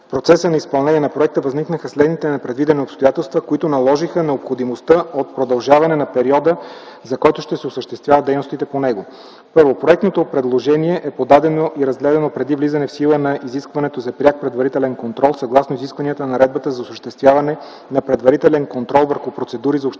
В процеса на изпълнение на проекта възникнаха следните непредвидени обстоятелства, които наложиха необходимостта от продължаване на периода, за който ще се осъществяват дейностите по него. Първо, проектното предложение подадено и разгледано преди влизане в сила на изискването за пряк предварителен контрол съгласно изискванията на Наредбата за осъществяване на предварителен контрол върху процедури за обществени